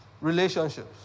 relationships